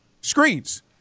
Screens